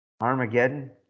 Armageddon